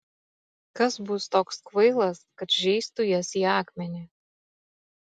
kas bus toks kvailas kad žeistų jas į akmenį